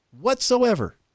whatsoever